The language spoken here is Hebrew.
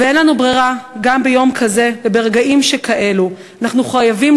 ואין לנו ברירה: גם ביום כזה וברגעים שכאלה אנחנו חייבים